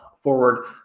forward